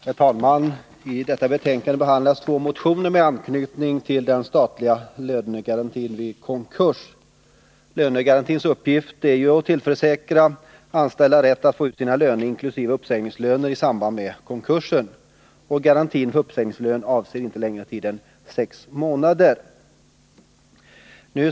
Herr talman! I detta betänkande behandlas två motioner med anknytning till den statliga lönegarantin vid konkurs. Lönegarantins uppgift är ju att tillförsäkra anställda rätt att få ut sina löner, inkl. uppsägningslöner, i samband med konkurser. Garantin för uppsägningslön avser inte längre tid än sex månader.